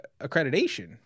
accreditation